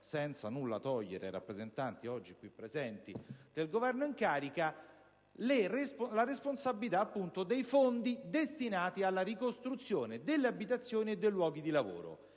senza nulla togliere ai rappresentanti oggi qui presenti del Governo - la responsabilità dei fondi destinati alla ricostruzione delle abitazioni e dei luoghi di lavoro,